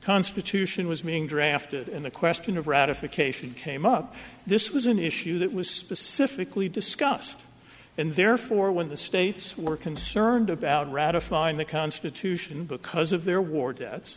constitution was being drafted and the question of ratification came up this was an issue that was specifically discussed and therefore when the states were concerned about ratifying the constitution because of their war debts